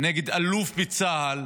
נגד אלוף בצה"ל